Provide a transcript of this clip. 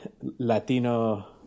Latino